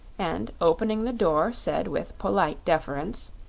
and opening the door said with polite deference